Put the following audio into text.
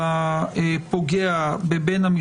אי-היפוך.